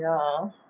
ya lor